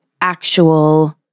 actual